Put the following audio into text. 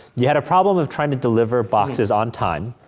you had a problem of trying to deliver boxes on time.